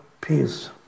peace